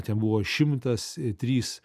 ten buvo šimtas trys